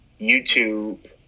YouTube